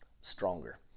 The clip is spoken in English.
stronger